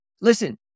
Listen